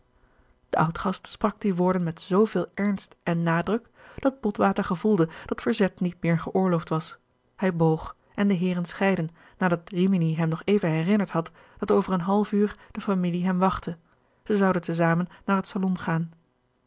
de oudgast sprak die woorden met zooveel ernst en nadruk dat botwater gevoelde dat verzet niet meer geoorloofd was hij boog en de heeren scheidden nadat rimini hem nog even herinnerd had dat over een half uur de familie hem wachtte zij zouden tezamen naar het salon gaan